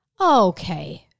Okay